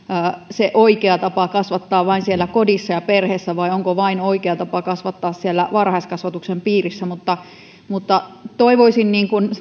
se oikea tapa kasvattaa vain siellä kodissa ja perheessä vai onko oikea tapa kasvattaa vain siellä varhaiskasvatuksen piirissä toivoisin